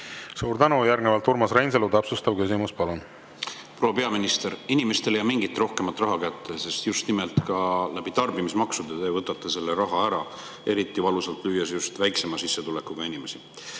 Suur tänu! Järgnevalt Urmas Reinsalu, täpsustav küsimus, palun! Proua peaminister! Inimestele ei jää mingit rohkemat raha kätte, sest just nimelt ka tarbimismaksude kaudu te võtate selle raha ära, lüües eriti valusalt just väiksema sissetulekuga inimesi.